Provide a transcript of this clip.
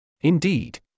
Indeed